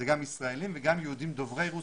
זה גם ישראלים וגם יהודים דוברי רוסית,